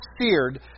seared